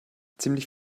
ziemlich